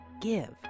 give